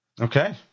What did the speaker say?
Okay